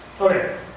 Okay